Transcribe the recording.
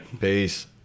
Peace